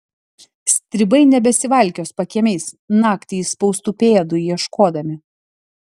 stribai nebesivalkios pakiemiais naktį įspaustų pėdų ieškodami